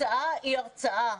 הרצאה היא הרצאה.